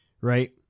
Right